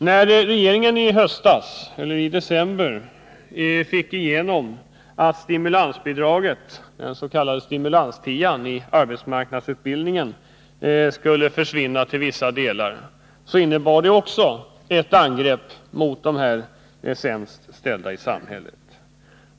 När regeringen i december fick igenom sitt förslag om att stimulansbidraget i arbetsmarknadsutbildningen, den s.k. stimulanstian, skulle försvinna till vissa delar, innebar också det ett angrepp mot de sämst ställda i samhället.